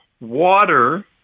water